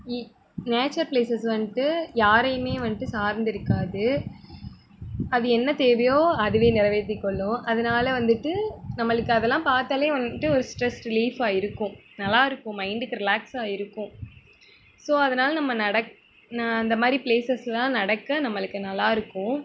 nature places வந்துட்டு யாரையுமே வந்துட்டு சார்ந்து இருக்காது அது என்ன தேவையோ அதுவே நிறைவேத்தி கொள்ளும் அதனால வந்துவிட்டு நம்மளுக்கு அதெல்லாம் பார்த்தாலே வந்துட்டு ஒரு ஸ்ட்ரெஸ் ரிலீஃப்பாக இருக்கும் நல்லாயிருக்கும் மைண்டுக்கு ரிலாக்ஸாக இருக்கும் ஸோ அதனால் நம்ம நடக்க நான் அந்தமாதிரி ப்ளேஸஸுலாம் நடக்க நம்மளுக்கு நல்லாயிருக்கும்